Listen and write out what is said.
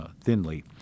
thinly